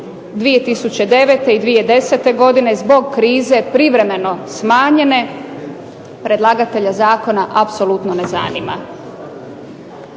2009. i 2010. godine zbog krize privremeno smanjene, predlagatelja zakona apsolutno ne zanima.